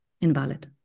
invalid